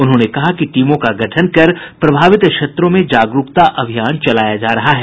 उन्होंने कहा कि टीमों का गठन कर प्रभावित क्षेत्रों में जागरूकता अभियान चलाया जा रहा है